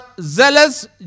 zealous